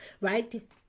right